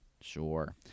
sure